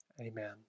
Amen